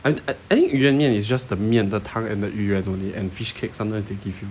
and and I think 鱼圆面 it's just the 面的汤 and the 鱼圆 only and fishcakes some times they give you